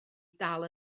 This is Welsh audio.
dal